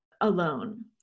alone